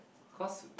cause we